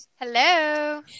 Hello